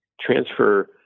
transfer